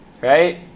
Right